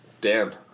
Dan